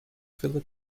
philip